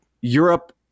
Europe